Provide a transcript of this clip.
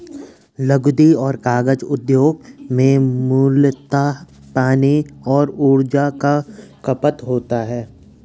लुगदी और कागज उद्योग में मूलतः पानी और ऊर्जा का खपत होता है